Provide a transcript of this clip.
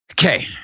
okay